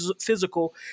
physical